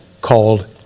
called